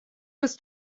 was